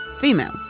female